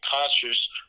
conscious